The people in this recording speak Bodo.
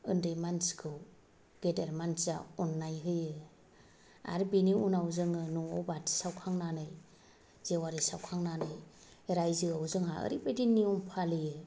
उन्दै मानसिखौ गेदेरमानसिया अन्नाय होयो आरो बेनि उनाव जोङो न'आव बाथि सावखांनानै जेवारि सावखांनानै राज्योआव जोंहा ओरैबायदि नियम फालियो